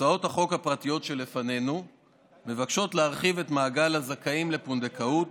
הצעות החוק הפרטיות שלפנינו מבקשות להרחיב את מעגל הזכאים לפונדקאות